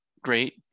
great